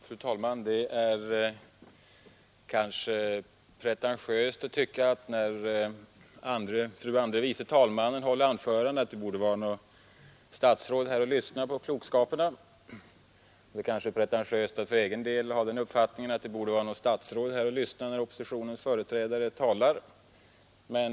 Fru talman! Det är kanske pretentiöst att tycka att något statsråd borde vara här för att lyssna på klokskaperna, när fru andre vice talmannen håller ett anförande. Det kanske är pretentiöst att för egen del ha den uppfattningen att det borde vara något statsråd här för att lyssna, när oppositionens företrädare talar.